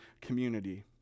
community